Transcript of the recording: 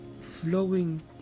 flowing